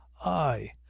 i!